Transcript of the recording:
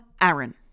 Aaron